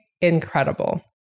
incredible